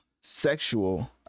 sexual